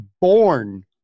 born